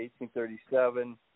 1837